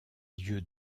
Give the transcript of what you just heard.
lieu